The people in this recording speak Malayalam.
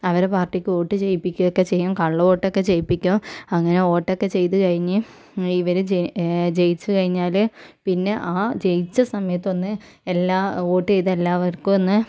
അവരുടെ പാർട്ടിക്ക് വോട്ട് ചെയ്യിപ്പിക്കുകയൊക്കെ ചെയ്യും കള്ളവോട്ടൊക്കെ ചെയ്യിപ്പിക്കും അങ്ങനെ വോട്ടൊക്കെ ചെയ്തു കഴിഞ്ഞ് ഇവരെ ജ ജയിച്ചു കഴിഞ്ഞാൽ പിന്നെ ആ ജയിച്ച സമയത്ത് ഒന്ന് എല്ലാ വോട്ട് ചെയ്ത എല്ലാവർക്കും ഒന്ന്